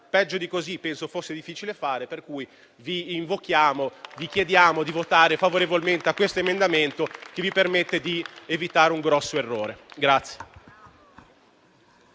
Peggio di così penso fosse difficile fare. Per questo, vi chiediamo di votare favorevolmente questo emendamento, che vi permette di evitare un grosso errore.